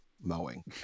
mowing